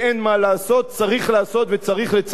צריך לעשות וצריך לצמצם את הפערים.